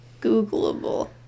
Googleable